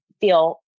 feel